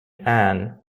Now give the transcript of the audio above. anne